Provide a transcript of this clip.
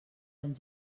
van